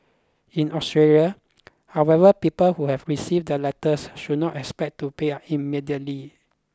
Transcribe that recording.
in Australia however people who have received the letters should not expect to pay up immediately